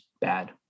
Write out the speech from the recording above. bad